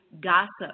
gossip